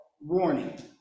warning